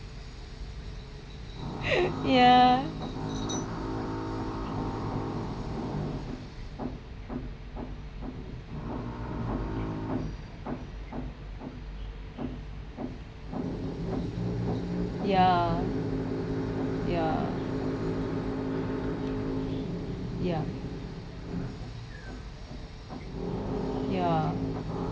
ya ya ya ya ya